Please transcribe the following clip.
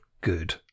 good